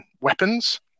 weapons